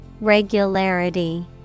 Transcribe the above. Regularity